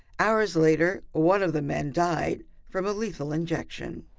hours later one of the men died from a lethal injection.